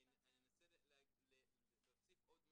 אני אנסה להוסיף עוד מימד.